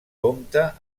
compta